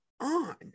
on